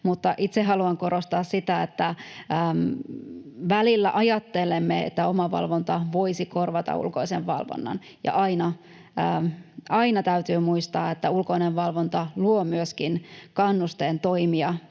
itse haluan korostaa sitä, että välillä ajattelemme, että omavalvonta voisi korvata ulkoisen valvonnan, ja aina täytyy muistaa, että ulkoinen valvonta luo myöskin kannusteen toimia